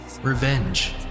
revenge